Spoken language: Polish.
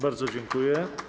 Bardzo dziękuję.